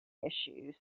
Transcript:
issues